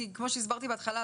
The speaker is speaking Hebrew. כי כמו שהסברתי בהתחלה,